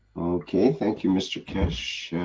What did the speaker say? okay. thank you, mr. keshe.